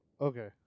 Okay